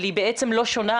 אבל היא בעצם לא שונה